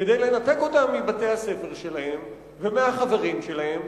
כדי לנתק אותם מבתי-הספר שלהם ומהחברים שלהם,